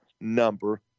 number